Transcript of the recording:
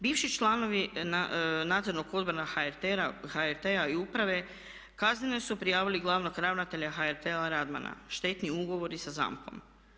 Bivši članovi Nadzornog odbora HRT-a i uprave kazneno su prijavili glavnog ravnatelja HRT-a, Radmana, štetni ugovori sa ZAMP-om.